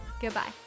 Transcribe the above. goodbye